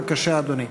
בבקשה, אדוני.